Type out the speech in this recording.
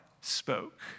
spoke